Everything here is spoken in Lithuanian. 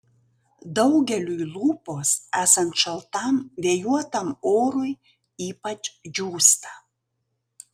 daugeliui lūpos esant šaltam vėjuotam orui ypač džiūsta